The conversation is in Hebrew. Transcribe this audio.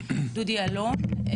דודי אלון,